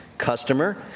customer